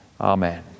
Amen